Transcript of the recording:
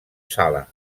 sala